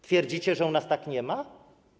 Twierdzicie, że u nas tak nie jest?